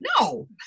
No